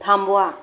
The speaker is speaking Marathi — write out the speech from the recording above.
थांबवा